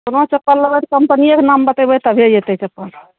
कोनो चप्पल लेबै तऽ कम्पनियेके नाम बतेबै तभे जेतै चप्पल